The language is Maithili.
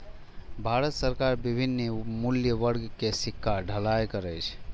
भारत सरकार विभिन्न मूल्य वर्ग के सिक्का के ढलाइ करै छै